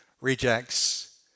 rejects